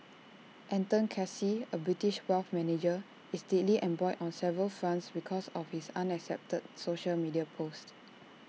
Anton Casey A British wealth manager is deeply embroiled on several fronts because of his unacceptable social media posts